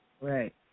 Right